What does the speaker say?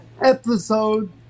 episode